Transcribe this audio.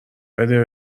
بده